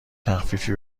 تخفیفی